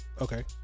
Okay